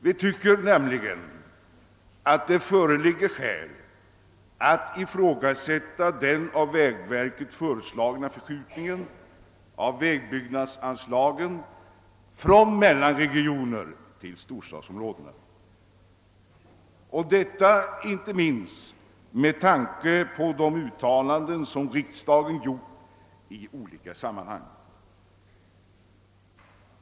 Vi tycker nämligen att det föreligger skäl att ifrågasätta den av vägverket föreslagna förskjutningen av vägbyggnadsanslagen från mellanregioner till storstadsområdena, icke minst med tanke på de uttalanden som riksdagen gjort i olika sammanhang.